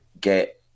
get